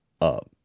up